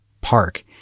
park